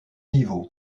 niveau